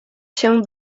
się